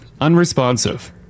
unresponsive